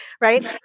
right